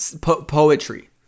poetry